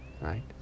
right